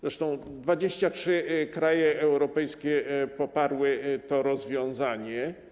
Zresztą 23 kraje europejskie poparły to rozwiązanie.